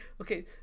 okay